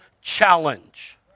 challenge